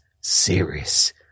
serious